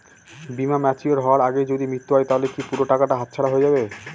বীমা ম্যাচিওর হয়ার আগেই যদি মৃত্যু হয় তাহলে কি পুরো টাকাটা হাতছাড়া হয়ে যাবে?